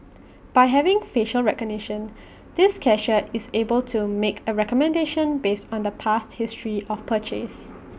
by having facial recognition this cashier is able to make A recommendation based on the past history of purchase